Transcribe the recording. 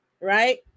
right